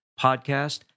podcast